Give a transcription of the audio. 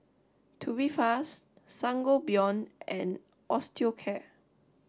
Tubifast Sangobion and Osteocare